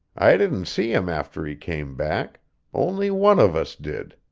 i didn't see him after he came back only one of us did,